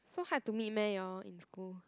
so hard to meet meh you all in school